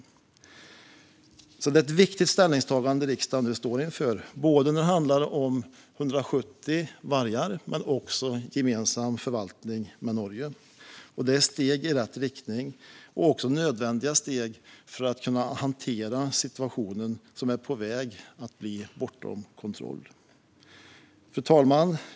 Det är därför ett viktigt ställningstagande som riksdagen nu står inför, både när det gäller 170 vargar och när det gäller gemensam förvaltning med Norge. Det är steg i rätt riktning, och det är nödvändiga steg för att hantera situationen, som är på väg utom kontroll. Fru talman!